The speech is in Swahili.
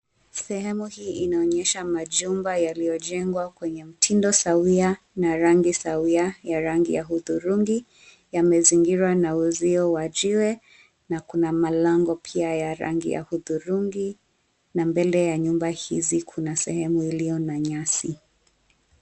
Sehemu hii inaonyesha majumba yaliyonjengwa kwenye mtindo sawia na rangi sawia ya rangi ya hudhurungi, yamezingirwa na uzio wa jiwe na kuna milango pia ya rangi ya hudhurungi, na mbele ya nyumba hizi kuna sehemu iliyo na nyasi.